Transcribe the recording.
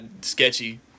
sketchy